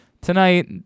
Tonight